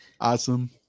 Awesome